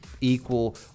equal